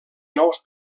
nous